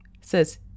says